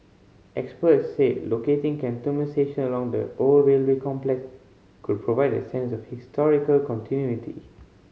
experts said locating Cantonment station along the old railway complex could provide a sense of historical continuity